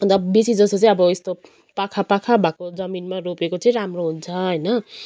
अन्त बेसी जस्तो चाहिँ अब यस्तो पाखा पाखा भएको जमिनमा रोपेको चाहिँ राम्रो हुन्छ होइन